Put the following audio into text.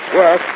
yes